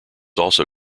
also